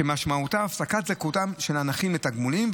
שמשמעותה הפסקת זכאותם של הנכים לתגמולים,